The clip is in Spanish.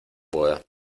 boda